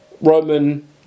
Roman